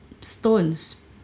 stones